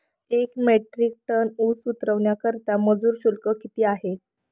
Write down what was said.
एक metric ton ऊस उतरवण्याकरता मजूर शुल्क किती आहे?